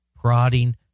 prodding